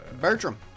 Bertram